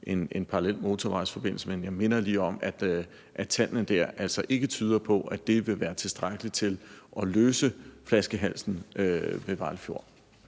en parallel motorvejsforbindelse, men jeg minder lige om, at tallene altså ikke tyder på, at det vil være tilstrækkeligt til at løse flaskehalsen ved Vejle Fjord.